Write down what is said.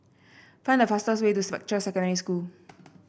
find the fastest way to Spectra Secondary School